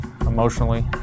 emotionally